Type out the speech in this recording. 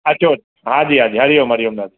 अचो हा जी हा जी हरिओम हरिओम दादी